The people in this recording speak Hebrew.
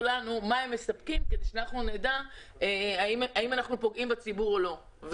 לנו מה הם מספקים כדי שאנחנו נדע אם אנחנו פוגעים בציבור או לא.